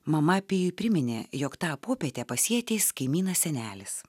mama pijui priminė jog tą popietę pas jį ateis kaimynas senelis